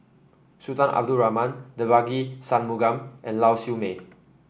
Sultan Abdul Rahman Devagi Sanmugam and Lau Siew Mei